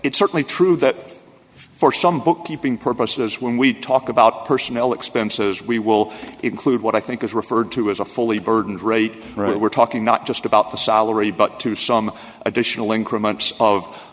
it's certainly true that for some bookkeeping purposes when we talk about personnel expenses we will include what i think is referred to as a fully burdened rate right we're talking not just about the salary but to some additional increments of